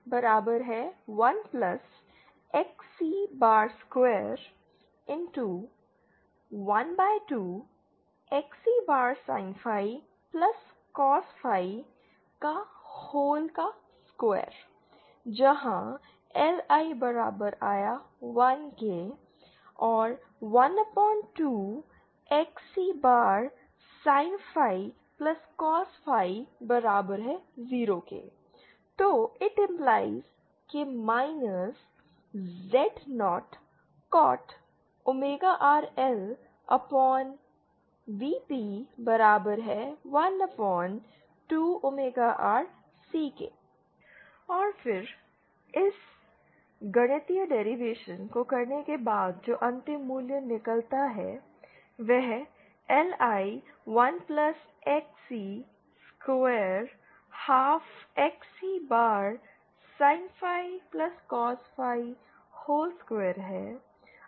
LI 1Xc2 12 XC sin ∅ cos ∅ 2 LI 1 12 XC sin ∅ cos ∅ 0 Z0 cot rLvp 12rC और फिर इस गणितीय derivation को करने के बाद जो अंतिम मूल्य निकलता है वह LI 1 XC square half XC bar Sin phi Cos phi whole square है